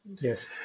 Yes